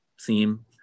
theme